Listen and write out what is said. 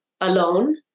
alone